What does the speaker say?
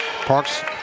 Parks